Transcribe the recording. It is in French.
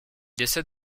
décède